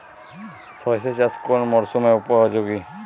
সরিষা চাষ কোন মরশুমে উপযোগী?